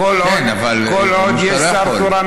כל עוד יש שר תורן,